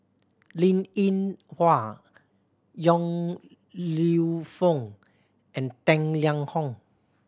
Linn In Hua Yong Lew Foong and Tang Liang Hong